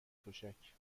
تشک